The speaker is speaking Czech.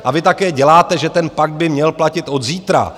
A vy také děláte, že ten pakt by měl platit od zítra.